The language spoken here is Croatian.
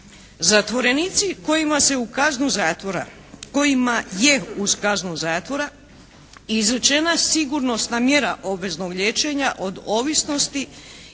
zatvora, kojima je uz kaznu zatvora izrečena sigurnosna mjera obveznog liječenja od ovisnosti